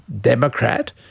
Democrat